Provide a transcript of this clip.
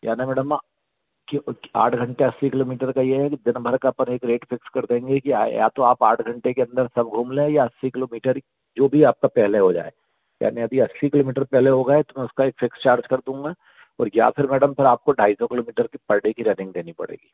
यानी मैडम आठ घंटे अस्सी किलोमीटर का ये है कि दिनभर का अपन एक रेट फिक्स कर देंगे कि या तो आप आठ घंटे के अन्दर सब घूम ले या अस्सी किलोमीटर जो भी आपका पहले हो जाए यानी अभी अस्सी किलोमीटर पहले हो गए तो मैं उसका एक फिक्स चार्ज कर दूँगा और या फिर मैडम थोड़ा आपको ढाई सौ किलोमीटर की पर डे की रनिंग देनी पड़ेगी